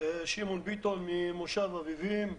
ממושב אביבים.